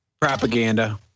propaganda